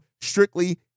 strictly